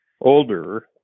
older